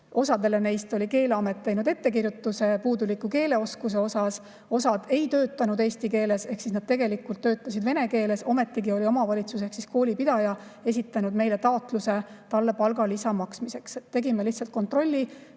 saamiseks, oli Keeleamet teinud ettekirjutuse puuduliku keeleoskuse kohta, osa ei töötanud eesti keeles ehk töötasid tegelikult vene keeles. Ometigi oli omavalitsus ehk koolipidaja esitanud meile taotluse ka neile palgalisa maksmiseks. Tegime lihtsalt kontrolli.